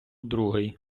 другий